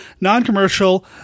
Non-commercial